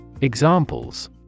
Examples